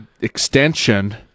extension